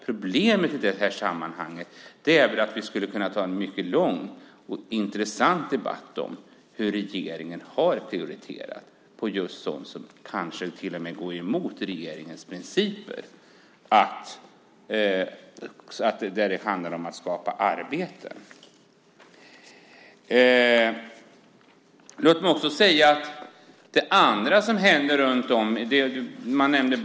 Problemet i sammanhanget är väl att vi skulle kunna ha en mycket lång och intressant debatt om hur regeringen har prioriterat just sådant som kanske till och med går emot regeringens principer när det handlar om att skapa arbeten. Båstads kommun nämndes.